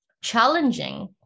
challenging